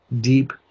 deep